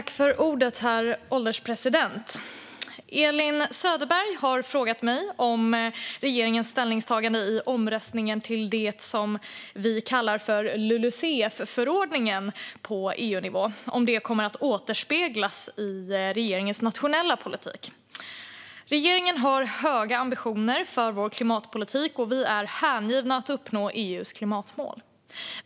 Herr ålderspresident! Elin Söderberg har frågat mig om regeringens ställningstagande i omröstningen till det vi kallar för LULUCF-förordningen på EU-nivå kommer att återspeglas i regeringens nationella politik. Regeringen har höga ambitioner för sin klimatpolitik, och vi är hängivna att uppnå EU:s klimatmål.